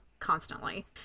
constantly